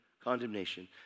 condemnation